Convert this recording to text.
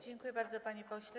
Dziękuję bardzo, panie pośle.